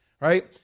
right